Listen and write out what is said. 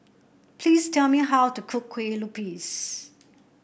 please tell me how to cook Kueh Lupis